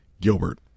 Gilbert